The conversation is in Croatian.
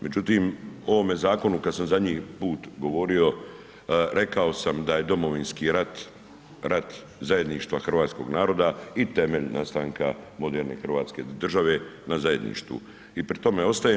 Međutim o ovome zakonu kada sam zadnji put govorio rekao sam da je Domovinski rat, rat zajedništva hrvatskoga naroda i temelj nastanka moderne hrvatske države na zajedništvu i pri tome ostajem.